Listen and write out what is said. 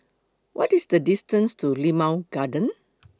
What IS The distance to Limau Garden